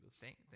Thank